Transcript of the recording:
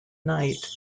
night